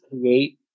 create